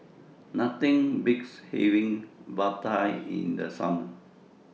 Nothing Beats having Vadai in The Summer